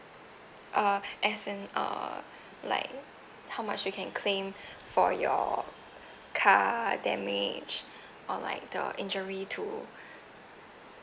uh as in err like how much you can claim for your car damage or like the injury too